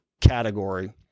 category